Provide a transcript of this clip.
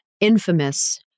infamous